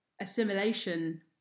assimilation